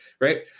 right